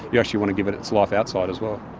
you actually want to give it its life outside as well.